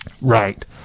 right